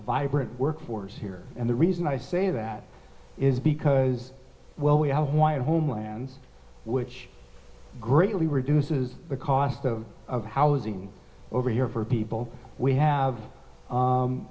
vibrant workforce here and the reason i say that is because well we have a white homelands which greatly reduces the cost of housing over here for people we have